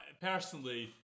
personally